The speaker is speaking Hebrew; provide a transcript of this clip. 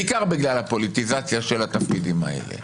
בעיקר בגלל הפוליטיזציה של התפקידים האלה.